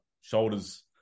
shoulders